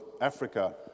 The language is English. Africa